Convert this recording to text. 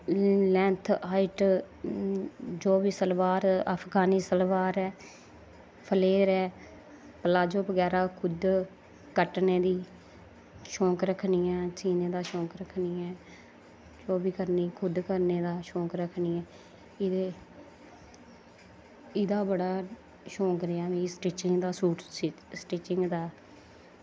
length height जो बी सलवार अफगानी सलवार ऐ फ्लेयर ऐ पलाजो बगैरा खुद कट्टने दा शौंक रक्खनी ऐं सीने दा शौंक रक्खनी ऐं जो बी करनी ऐं खुद सीनें दा शौंक रक्खनी ऐ एह्दा बड़ा शौंक रेहा मिगी स्टिचिंग दा सूट सीने दा